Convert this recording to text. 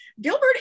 Gilbert